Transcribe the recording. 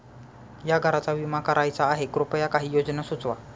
या घराचा विमा करायचा आहे कृपया काही योजना सुचवा